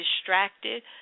distracted